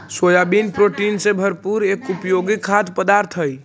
soybean protein से भरपूर एक उपयोगी खाद्य पदार्थ हई